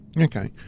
Okay